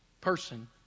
person